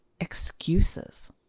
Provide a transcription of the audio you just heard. excuses